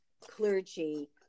clergy